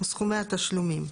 וסכומי התשלומים".